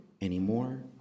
anymore